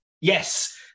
yes